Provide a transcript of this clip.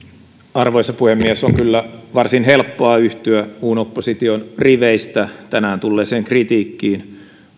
arvoisa puhemies on kyllä varsin helppoa yhtyä muun opposition riveistä tänään tulleeseen kritiikkiin